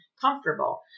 comfortable